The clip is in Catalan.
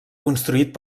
construït